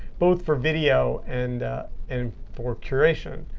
both for video and and for curation.